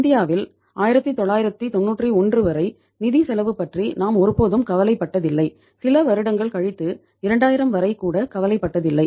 இந்தியாவில் 1991 வரை நிதி செலவு பற்றி நாம் ஒருபோதும் கவலைப்பட்டதில்லை சில வருடங்கள் கழித்து 2000 வரை கூட கவலைப்பட்டதில்லை